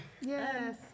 Yes